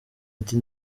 ati